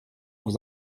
vous